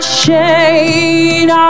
shade